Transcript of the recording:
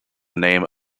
name